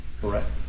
Correct